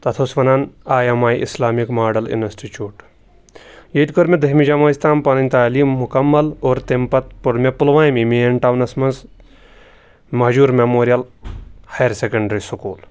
تَتھ اوس وَنان I M I Islamic model institute ییٚتہِ کٔر مےٚ دٔہمہِ جمٲژۍ تام پَنٕنۍ تعلیٖم مکمل اور تمہِ پَتہٕ پوٚر پُلومے مین ٹاونَس منٛز Mahjoor memorial higher secondary school